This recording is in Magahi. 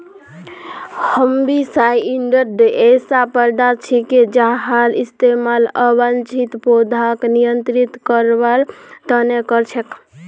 हर्बिसाइड्स ऐसा पदार्थ छिके जहार इस्तमाल अवांछित पौधाक नियंत्रित करवार त न कर छेक